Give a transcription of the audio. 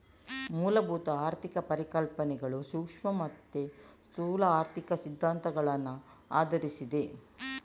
ಮೂಲಭೂತ ಆರ್ಥಿಕ ಪರಿಕಲ್ಪನೆಗಳು ಸೂಕ್ಷ್ಮ ಮತ್ತೆ ಸ್ಥೂಲ ಆರ್ಥಿಕ ಸಿದ್ಧಾಂತಗಳನ್ನ ಆಧರಿಸಿದೆ